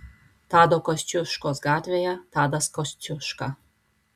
tado kosciuškos gatvėje tadas kosciuška